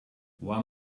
one